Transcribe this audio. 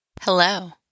Hello